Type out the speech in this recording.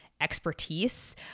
expertise